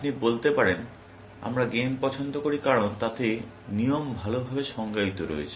আপনি বলতে পারেন আমরা গেম পছন্দ করি কারণ তাতে নিয়ম ভালভাবে সংজ্ঞায়িত রয়েছে